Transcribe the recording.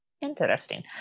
interesting